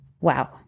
Wow